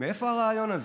מאיפה הרעיון הזה.